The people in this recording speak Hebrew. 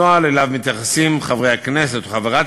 הנוהל שאליו מתייחסים חברי הכנסת או חברת